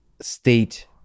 state